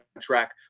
track